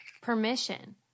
permission